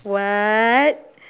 what